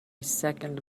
second